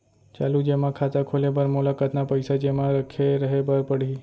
चालू जेमा खाता खोले बर मोला कतना पइसा जेमा रखे रहे बर पड़ही?